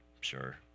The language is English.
Sure